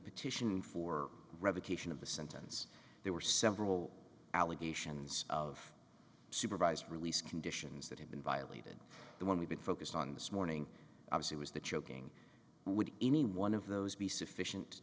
petition for revocation of the sentence there were several allegations of supervised release conditions that have been violated the one we've been focused on this morning obviously was the choking would any one of those be sufficient